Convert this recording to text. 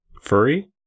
Furry